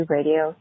Radio